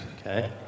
Okay